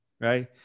right